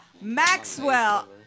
Maxwell